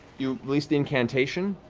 you release the incantation.